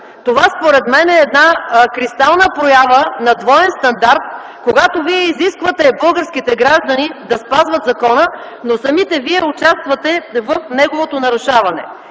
Това според мен е кристална проява на двоен стандарт - когато вие изисквате българските граждани да спазват закона, но самите вие участвате в неговото нарушаване!